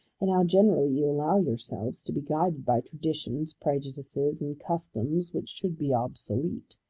and how generally you allow yourselves to be guided by traditions, prejudices, and customs which should be obsolete.